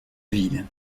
ville